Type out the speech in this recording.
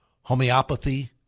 homeopathy